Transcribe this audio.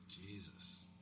Jesus